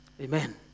Amen